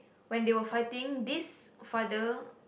when they were fighting this father